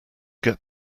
get